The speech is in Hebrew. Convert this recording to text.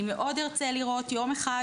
אני מאוד ארצה לראות יום אחד,